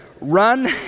Run